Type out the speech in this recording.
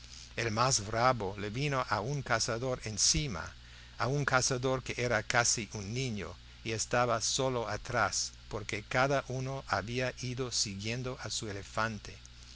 el más bravo le vino a un cazador encima a un cazador que era casi un niño y estaba solo atrás porque cada uno había ido siguiendo a su elefante